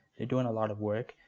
they're doing a lot of work.